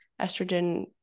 estrogen